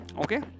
okay